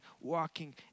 walking